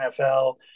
NFL